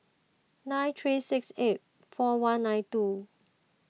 nine three six eight four one nine two